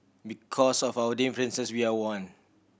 because of our differences we are one